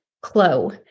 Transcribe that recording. Clo